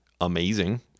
amazing